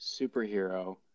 superhero